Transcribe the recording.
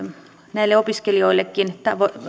näille opiskelijoillekin